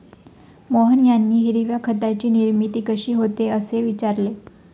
मोहन यांनी हिरव्या खताची निर्मिती कशी होते, असे विचारले